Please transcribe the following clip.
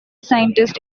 scientist